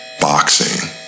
boxing